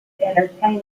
entertain